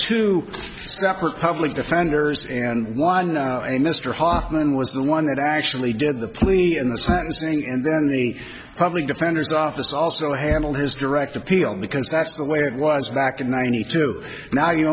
two separate public defenders and one mr hoffman was the one that actually did the plea in the sentencing and then the public defender's office also handled his direct appeal because that's the way it was back in ninety two now you